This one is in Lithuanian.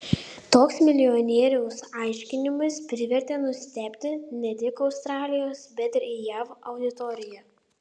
toks milijonieriaus aiškinimas privertė nustebti ne tik australijos bet ir jav auditoriją